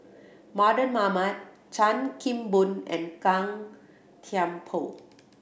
Mardan Mamat Chan Kim Boon and Gan Thiam Poh